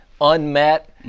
unmet